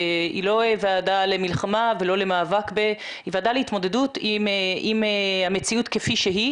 היא לא ועדה למלחמה ולא למאבק אלא מאבק להתמודדות עם המציאות כפי שהיא